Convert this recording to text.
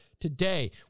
today